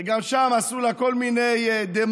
וגם שם, עשו לה כל מיני דמגוגיות,